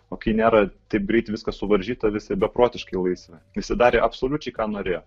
o kai nėra taip greit viskas suvaržyta visi beprotiškai laisvi visi darė absoliučiai ką norėjo